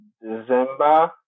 December